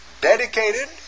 dedicated